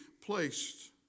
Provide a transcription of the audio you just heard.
placed